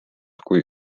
kui